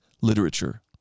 literature